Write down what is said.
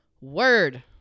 Word